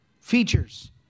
features